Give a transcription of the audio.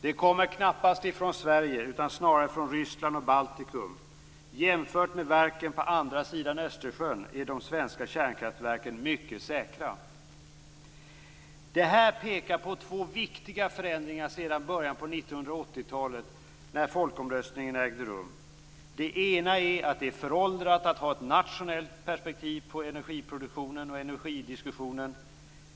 Det kommer knappast från Sverige, utan snarare från Ryssland och Baltikum. Jämfört med verken på andra sidan Östersjön är de svenska kärnkraftverken mycket säkra. Det här pekar på två viktiga förändringar sedan början av 1980-talet, när folkomröstningen ägde rum. Det ena är att det är föråldrat att ha ett nationellt perspektiv på energiproduktionen och energidiskussionen.